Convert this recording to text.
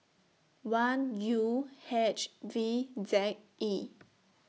one U H V Z E